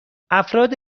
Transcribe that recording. افراد